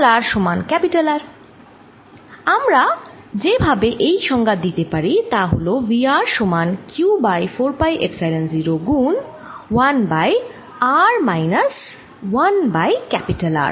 Refer Time 0836 আমরা যে ভাবে এই সংজ্ঞা দিতে পারি তা হল V r সমান q বাই4 পাই এপসাইলন 0 গুণ 1 by r minus 1 by R